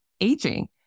aging